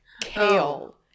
kale